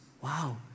Wow